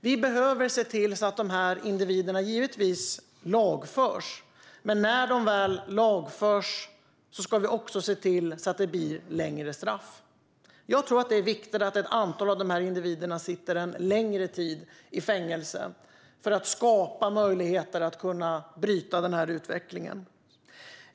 Vi behöver givetvis se till att de lagförs, men när de väl lagförs ska vi också se till att straffen blir längre. Jag tror att det är viktigt att ett antal av de här individerna sitter en längre tid i fängelse för att skapa möjligheter att kunna bryta den här utvecklingen.